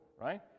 right